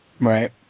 Right